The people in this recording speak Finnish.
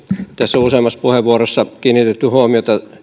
on useammassa puheenvuorossa kiinnitetty huomiota